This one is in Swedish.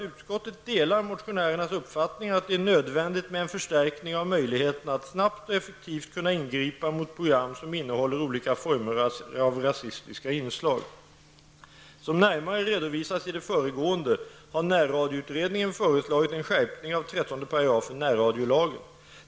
''Utskottet delar motionärernas uppfattning att det är nödvändigt med en förstärkning av möjligheterna att snabbt och effektivt kunna ingripa mot program som innehåller olika former av rasistiska inslag. Som närmare redovisats i det föregående har närradioutredningen föreslagit en skärpning av 13 § närradiolagen.